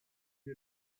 est